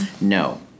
No